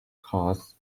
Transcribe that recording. cost